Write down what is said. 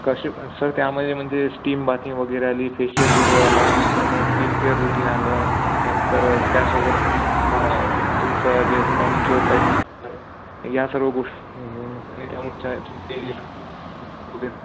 कसे सर त्यामध्ये म्हणजे स्टीम बाथिंग वगैरे आली फेशियल ग्लो आला नंतर मग स्कीन केअर रूटीन आलं नंतर त्यासोबत तुमचं जे मॅनिक्युअर या सर्व गोष्टी आणि त्याम वगैरे